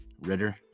Ritter